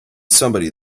somebody